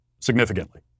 significantly